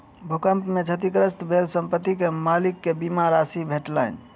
भूकंप में क्षतिग्रस्त भेल संपत्ति के मालिक के बीमा राशि भेटलैन